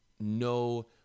no